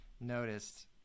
noticed